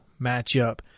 matchup